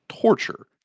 torture